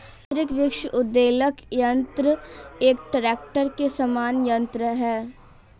यान्त्रिक वृक्ष उद्वेलक यन्त्र एक ट्रेक्टर के समान यन्त्र है